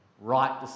Right